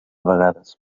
vegades